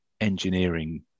engineering